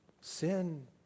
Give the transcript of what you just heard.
Sin